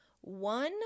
one